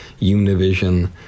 Univision